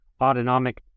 autonomic